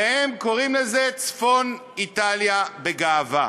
והם קוראים לזה צפון-איטליה בגאווה.